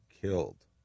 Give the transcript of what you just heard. killed